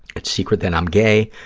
it's secret that i'm gay,